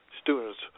students